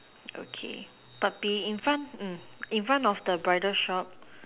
okay but be in front mm in front of the bridal shop